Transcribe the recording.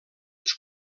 els